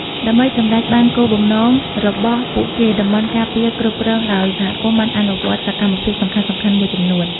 ដើម្បីសម្រេចបានគោលបំណងរបស់ពួកគេ តំបន់ការពារគ្រប់គ្រងដោយសហគមន៍ បានអនុវត្តសកម្មភាពសំខាន់ៗមួយចំនួន។